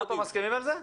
אתם מסכימים על זה?